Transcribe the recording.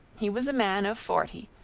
he was a man of forty,